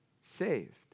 Saved